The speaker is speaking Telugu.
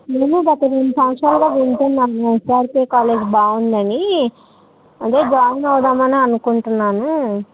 మినిమం ఒక రెండు సంవత్సరాలుగా వింటున్నాను ఎస్ఆర్కే కాలేజ్ బాగుందని అదే జాయిన్ అవుదామనే అనుకుంటున్నాను